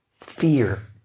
fear